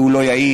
והוא לא יעיל,